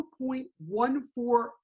2.14